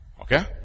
Okay